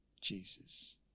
Jesus